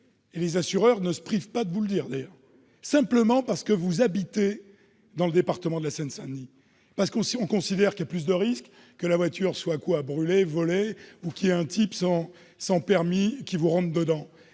Et les assureurs ne se privent pas de vous le dire, d'ailleurs. Effectivement ! Simplement parce que vous habitez dans le département de la Seine-Saint-Denis : on considère qu'il y a plus de risques que la voiture soit brûlée, volée, qu'un type sans permis vous rentre dedans.